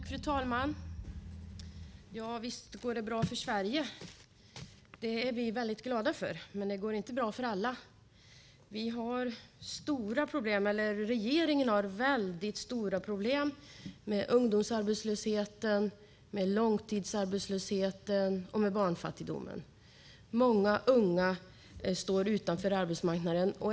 Fru talman! Visst går det bra för Sverige. Det är vi väldigt glada för, men det går inte bra för alla. Vi har stora problem, eller regeringen har väldigt stora problem, med ungdomsarbetslösheten, långtidsarbetslösheten och barnfattigdomen. Många unga står utanför arbetsmarknaden.